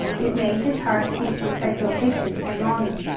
it made his heart beat with exultation and longing.